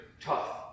tough